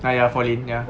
ah ya fall in ya